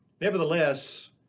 Nevertheless